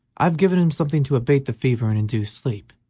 i have given him something to abate the fever and induce sleep.